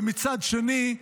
ומצד שני,